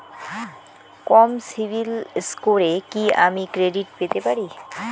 কম CIBIL স্কোরে কি আমি ক্রেডিট পেতে পারি?